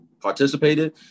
participated